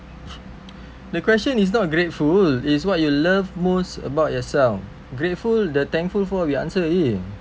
the question is not grateful is what you love most about yourself grateful the thankful for we answer already